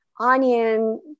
onion